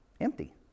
empty